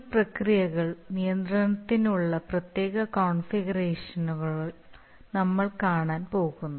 ഈ പ്രക്രിയകൾ നിയന്ത്രിക്കുന്നതിനുള്ള പ്രത്യേക കോൺഫിഗറേഷനുകൾ നമ്മൾ കാണാൻ പോകുന്നു